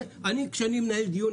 כשאני מנהל דיון,